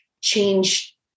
change